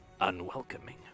unwelcoming